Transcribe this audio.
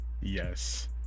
yes